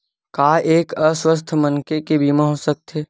का एक अस्वस्थ मनखे के बीमा हो सकथे?